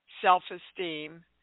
self-esteem